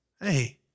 Hey